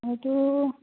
হয়তো